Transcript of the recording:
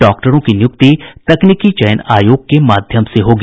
डॉक्टरों की नियुक्ति तकनीकी चयन आयोग के माध्यम से होगी